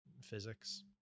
physics